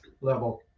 level